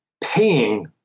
paying